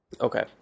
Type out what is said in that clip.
okay